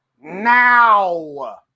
now